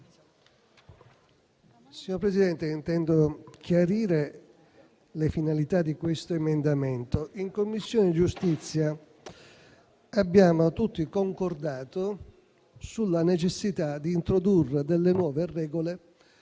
Signor Presidente, intendo chiarire le finalità dell'emendamento 1.200. In Commissione giustizia abbiamo tutti concordato sulla necessità di introdurre delle nuove regole